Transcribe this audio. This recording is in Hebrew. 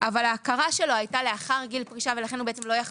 אבל ההכרה שלו הייתה לאחר גיל פרישה ולכן הוא לא יכול